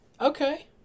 Okay